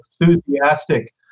enthusiastic